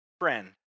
friend